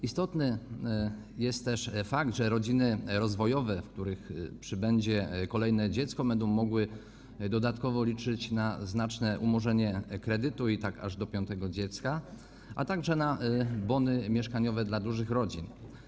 Istotny jest też fakt, że rodziny rozwojowe, w których przybędzie kolejne dziecko, będą mogły dodatkowo liczyć na znaczne umorzenie kredytu, i tak aż do piątego dziecka, a także na bony mieszkaniowe dla dużych rodzin.